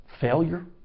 failure